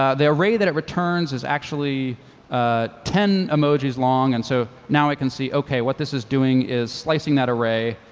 ah the array that it returns is actually ah ten emoji long, and so now i can see ok, what this is doing is slicing that array,